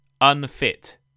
Unfit